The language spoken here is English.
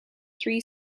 three